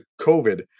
COVID